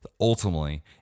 Ultimately